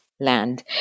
land